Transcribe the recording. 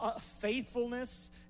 faithfulness